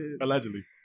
allegedly